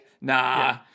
Nah